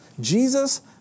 Jesus